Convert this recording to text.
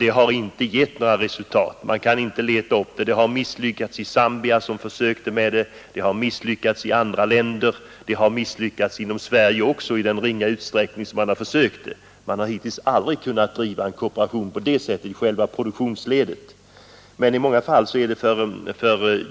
Den har inte gett några resultat, utan den har misslyckats i Zambia och i andra länder. Den har även misslyckats i Sverige i den ringa utsträckning som den har prövats här. En kooperation i produktionsledet har hittills aldrig kunnat drivas.